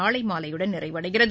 நாளை மாலையுடன் நிறைவடைகிறது